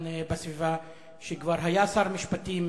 שכבר היה שר המשפטים,